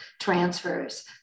transfers